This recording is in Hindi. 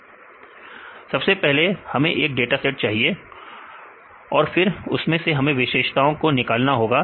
विद्यार्थी डाटा सेट सबसे पहले हमें एक डाटा सेट चाहिए फिर उसमें से हमें विशेषताओं को निकालना होगा